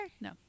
No